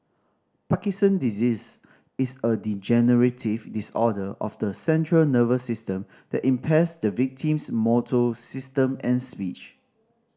Parkinson disease is a degenerative disorder of the central nervous system that impairs the victim's motor system and speech